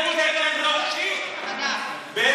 תסביר.